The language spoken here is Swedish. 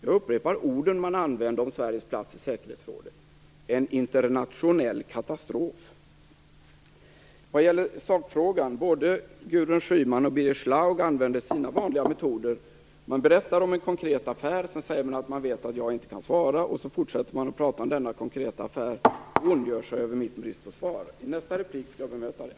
Jag upprepar de ord som man använt om Sveriges plats i säkerhetsrådet: en internationell katastrof. Vad gäller sakfrågan konstaterar jag att både Gudrun Schyman och Birger Schlaug använder sina vanliga metoder. De berättar om en konkret affär och säger sedan att de vet att jag inte kan svara. Sedan fortsätter de att prata om denna konkreta affär och ondgör sig över bristen på svar från min sida. I nästa inlägg skall jag bemöta det.